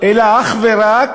אלא אך ורק